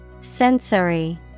Sensory